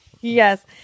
Yes